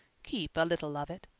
keep a little of it.